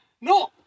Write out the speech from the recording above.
No